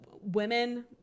Women